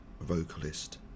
vocalist